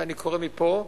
ואני קורא מפה,